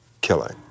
killing